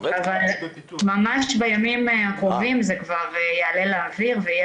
ממש בימים הקרובים זה כבר יעלה לאוויר ויהיה